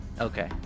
Okay